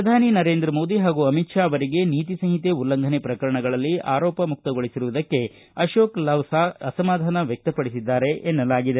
ಪ್ರಧಾನಿ ನರೇಂದ್ರ ಮೋದಿ ಹಾಗೂ ಅಮಿತ್ ಶಾ ಅವರಿಗೆ ನೀತಿ ಸಂಹಿತೆ ಉಲ್ಲಂಘನೆ ಪ್ರಕರಣಗಳಲ್ಲಿ ಆರೋಪ ಮುಕ್ತಗೊಳಿಸುವುದಕ್ಕೆ ಅಶೋಕ ಲವಾಸಾ ಅಸಮಾಧಾನ ವ್ಯಕ್ತಪಡಿಸಿದ್ದಾರೆ ಎನ್ನಲಾಗಿದೆ